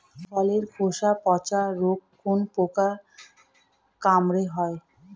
ফলের খোসা পচা রোগ কোন পোকার কামড়ে হয়?